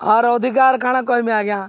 ଆର ଅଧିକା ଆର କାଣା କହମି ଆଜ୍ଞା